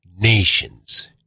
nations